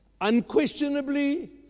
Unquestionably